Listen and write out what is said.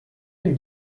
ihn